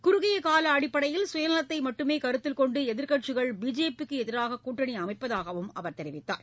குறுகியகால அடிப்படையில் சுயநலத்தை மட்டுமே கருத்தில் கொண்டு எதிர்க்கட்சிகள் பிஜேபிக்கு எதிராக கூட்டணி அமைப்பதாகவும் அவர் தெரிவித்தார்